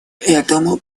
этому